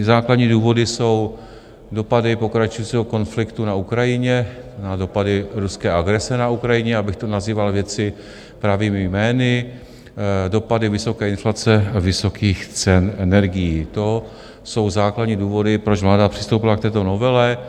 Základní důvody jsou dopady pokračujícího konfliktu na Ukrajině a dopady ruské agrese na Ukrajině, já bych tu nazýval věci pravými jmény, dopady vysoké inflace, vysokých cen energií, to jsou základní důvody, proč vláda přistoupila k této novele.